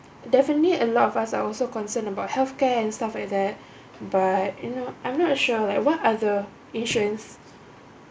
definitely a lot of us are also concerned about health care and stuff like that but you know I'm not sure like what are the insurance